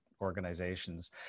organizations